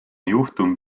juhtum